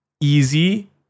easy